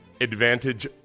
Advantage